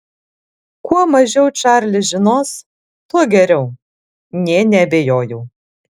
kuo mažiau čarlis žinos tuo geriau nė neabejojau